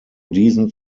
diesen